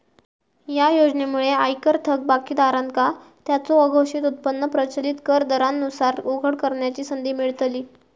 या योजनेमुळे आयकर थकबाकीदारांका त्यांचो अघोषित उत्पन्न प्रचलित कर दरांनुसार उघड करण्याची संधी मिळतली